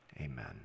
Amen